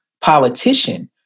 politician